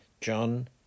John